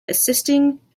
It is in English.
assisting